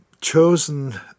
chosen